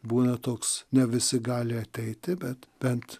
būna toks ne visi gali ateiti bet bent